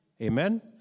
Amen